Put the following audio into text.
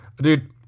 Dude